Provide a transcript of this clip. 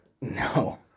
No